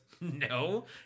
no